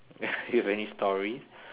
do you have any stories